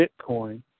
Bitcoin